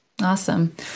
Awesome